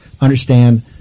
Understand